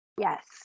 yes